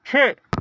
چھ